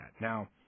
Now